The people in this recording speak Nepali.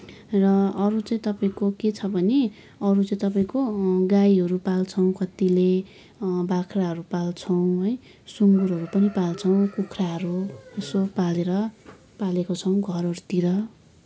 र अरू चाहिँ तपाईँको के छ भने अरू चाहिँ तपाईँको गाईहरू पाल्छौँ कतिले बाख्राहरू पाल्छौँ है सुँगुरहरू पनि पाल्छौँ कुखुराहरू यसो पालेर पालेका छौँ घरहरूतिर